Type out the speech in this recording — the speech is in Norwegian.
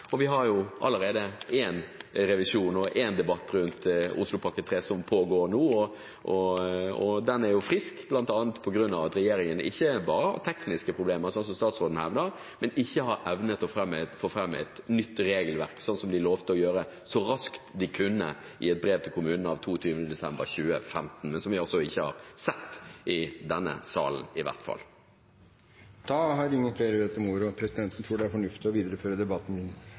Vi har jo allerede én revisjon og én debatt rundt Oslopakke 3 som pågår nå, og den er frisk, bl.a. på grunn av at regjeringen ikke bare har tekniske problemer, som statsråden hevder, men heller ikke har evnet å fremme et nytt regelverk, som de lovte å gjøre så raskt de kunne, i et brev til kommunen av 22. desember 2015, men som vi altså ikke har sett i denne salen i hvert fall. Flere har ikke bedt om ordet til sak nr. 6, og presidenten tror det er fornuftig å videreføre debatten